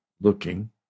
looking